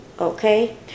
okay